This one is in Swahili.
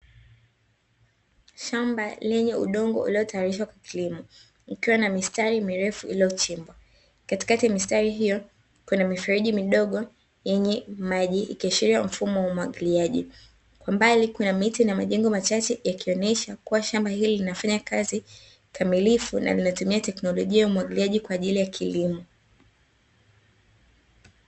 Shamba lenye udongo lililotayarishwa kwa kilimo likiwa na mistari mirefu iliyochimbwa. Katikati ya mistari hiyo kuna mifereji midogo yenye maji ikiashiria mfumo wa umwagiliaji. Kwa mbali kuna miti na majengo machache yakionesha kuwa shamba hili linafanya kazi kikamilifu na linatumia teknolojia ya umwagiliaji kwa ajili ya kilimo.